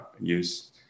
use